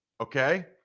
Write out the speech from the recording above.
Okay